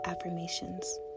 affirmations